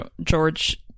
George